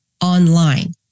online